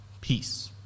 Peace